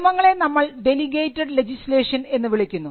നിയമങ്ങളെ നമ്മൾ delegated legislation എന്ന് വിളിക്കുന്നു